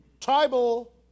tribal